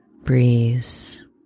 breeze